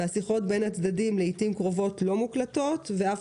והשיחות בין הצדדים לעתים קרובות לא מוקלטות ואף